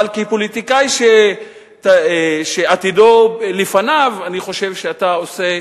אבל כפוליטיקאי שעתידו לפניו אני חושב שאתה עושה,